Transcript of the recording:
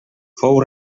fou